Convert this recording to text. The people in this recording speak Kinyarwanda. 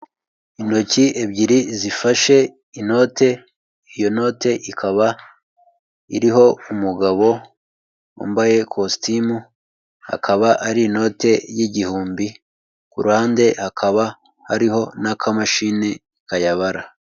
Intoki ebyiri zifashe inote iyo, note ikaba iriho umugabo wambaye kositimu akaba ari inoti y'igihumbi ,ku ruhande hakaba hariho n'akamashini kayabara.